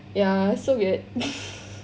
ya so weird